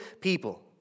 people